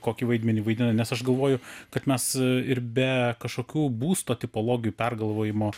kokį vaidmenį vaidina nes aš galvoju kad mes ir be kažkokių būsto tipologijų pergalvojimo